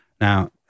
Now